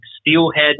steelhead